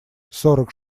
сорок